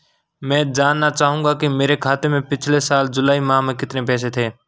मैं जानना चाहूंगा कि मेरे खाते में पिछले साल जुलाई माह में कितने पैसे थे?